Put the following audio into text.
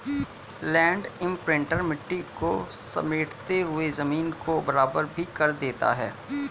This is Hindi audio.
लैंड इम्प्रिंटर मिट्टी को समेटते हुए जमीन को बराबर भी कर देता है